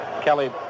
Kelly